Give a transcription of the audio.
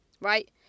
right